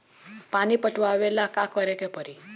पानी पटावेला का करे के परी?